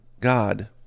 God